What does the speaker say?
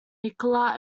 nikola